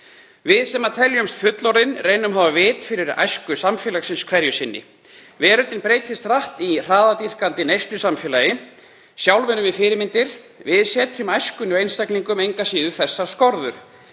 Við sem teljumst fullorðin reynum að hafa vit fyrir æsku samfélagsins hverju sinni. Veröldin breytist hratt í hraðadýrkandi neyslusamfélagi. Sjálf erum við fyrirmyndir. Við setjum æskunni, einstaklingum, engu að síður þessar skorður.